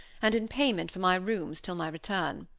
and in payment for my rooms till my return.